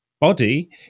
body